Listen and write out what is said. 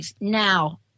Now